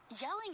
yelling